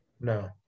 No